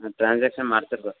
ಹಾಂ ಟ್ರಾನ್ಸ್ಯಾಕ್ಷನ್ ಮಾಡ್ತಿರ್ಬೇಕು